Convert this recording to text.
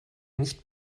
nicht